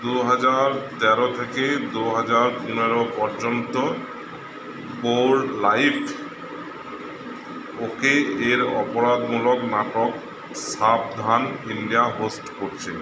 দু হাজার তেরো থেকে দু হাজার পনেরো পর্যন্ত গোর লাইফ ওকে এর অপরাধমূলক নাটক সাবধান ইন্ডিয়া হোস্ট করছে